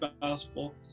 basketball